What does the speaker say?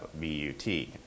B-U-T